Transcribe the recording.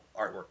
artwork